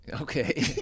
Okay